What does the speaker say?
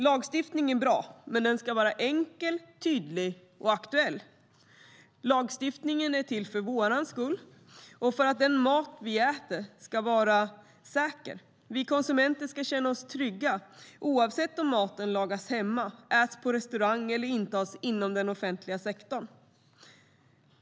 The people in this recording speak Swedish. Lagstiftning är bra, men den ska vara enkel, tydlig och aktuell. Lagstiftningen är till för vår skull, för att den mat vi äter ska vara säker och för att vi konsumenter ska känna oss trygga oavsett om maten lagas hemma, äts på restaurang eller intas inom den offentliga sektorn.